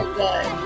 good